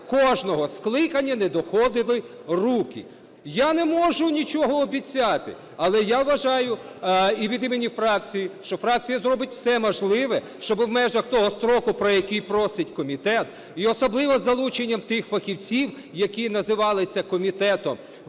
кожного скликання не доходили руки. Я не можу нічого обіцяти, але я вважаю і від імені фракції, що фракція зробить все можливе, щоби в межах того строку, про який просить комітет, і особливо із залученням тих фахівців, які називалися комітетом,